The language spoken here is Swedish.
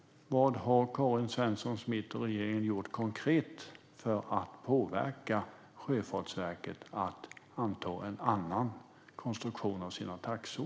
Vad har Karin Svensson Smith och regeringen gjort konkret för att påverka Sjöfartsverket att anta en annan konstruktion av sina taxor?